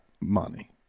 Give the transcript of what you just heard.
money